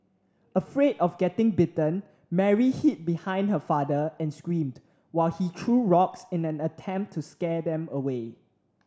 afraid of getting bitten Mary hid behind her father and screamed while he threw rocks in an attempt to scare them away